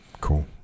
Cool